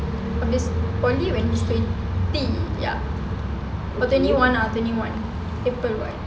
habis poly when he's twenty ya twenty one ah twenty one april [what]